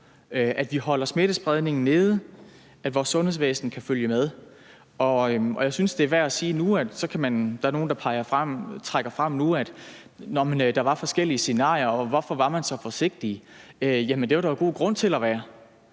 at vi holder smittespredningen nede, så vores sundhedsvæsen kan følge med. Og jeg synes, når der nu er nogle, der trækker det frem nu, at der var forskellige scenarier, og spørger, hvorfor man var så forsigtige, at det er værd at sige: Jamen det var der jo god grund til at være,